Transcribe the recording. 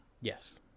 Yes